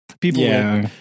people